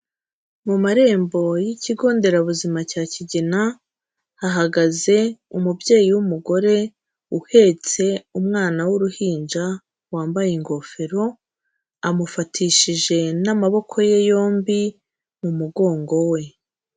Mu marembo y'ikigo nderabuzima cya Kigina, hahagaze umubyeyi w'umugore uhetse umwana w'uruhinja, wambaye ingofero, amufatishije n'amaboko ye yombi mu mugongo we.